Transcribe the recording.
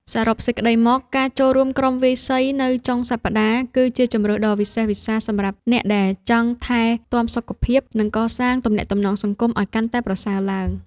សរុបសេចក្ដីមក ការចូលរួមក្រុមវាយសីនៅចុងសប្តាហ៍ គឺជាជម្រើសដ៏វិសេសវិសាលសម្រាប់អ្នកដែលចង់ថែទាំសុខភាព និងកសាងទំនាក់ទំនងសង្គមឱ្យកាន់តែប្រសើរឡើង។